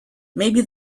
maybe